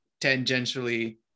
tangentially